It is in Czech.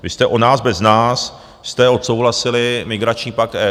Vy jste o nás, bez nás, jste odsouhlasili migrační pakt EU.